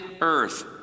earth